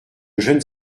jeunes